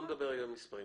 בואו נדבר רגע על מספרים.